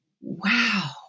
wow